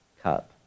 cup